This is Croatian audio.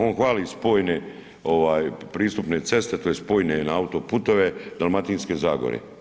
On hvali spojne pristupne ceste, tj. spojeve na autoputove Dalmatinske zagore.